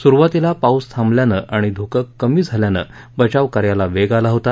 सुरुवातीला पाऊस थांबल्यानं आणि धुकं कमी झाल्यानं बचावकार्याला वेग आला होता